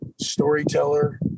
storyteller